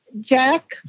Jack